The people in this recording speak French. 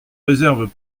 réserves